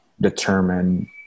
determine